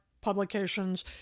publications